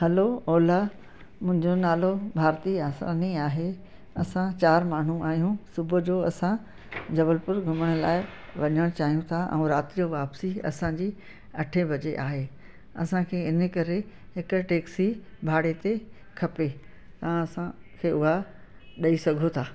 हलो Ola मुंहिंजो नालो भारती आसानी आहे असां चारि माण्हू आहियूं सुबुह जो असां जबलपुर घुमण लाइ वञणु चाहियूं था ऐं राति जो वापसी असांजी अठें बजे आहे असांखे इन जे करे हिकु टैक्सी भाड़े ते खपे तव्हां असांखे उहा ॾेई सघो था